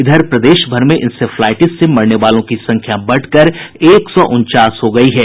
इधर प्रदेश भर में इसेफ्लाटिस से मरने वालों की संख्या बढ़कर एक सौ उनचास हो गयी है